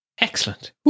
Excellent